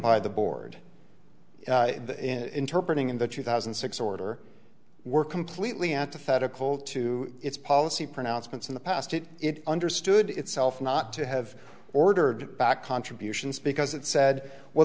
by the board in interpret in the two thousand and six order were completely antithetical to its policy pronouncements in the past it understood itself not to have ordered back contributions because it said well